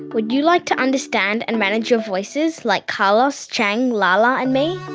would you like to understand and manage your voices like carlos, chang, lala and me?